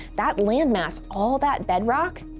that landmass, all that bedrock.